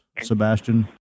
Sebastian